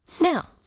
Now